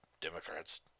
Democrats